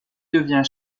devint